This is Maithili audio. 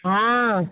हँ